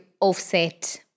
offset